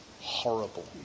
horrible